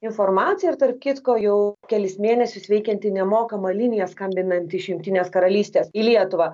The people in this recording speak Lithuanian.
informaciją ir tarp kitko jau kelis mėnesius veikianti nemokama linija skambinant iš jungtinės karalystės į lietuvą